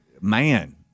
man